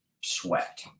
sweat